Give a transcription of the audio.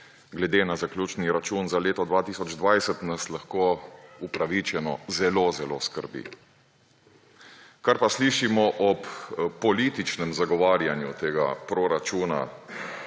glede na zaključni račun za leto 2020, nas lahko upravičeno zelo zelo skrbi. Kar pa slišimo ob političnem zagovarjanju tega proračuna,